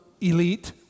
elite